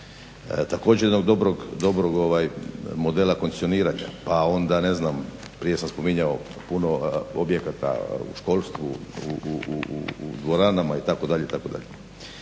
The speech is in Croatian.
također jednog dobrog modela koncesioniranja. A onda ne znam, prije sam spominjao puno objekata u školstvu, u dvoranama itd.,